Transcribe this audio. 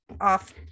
off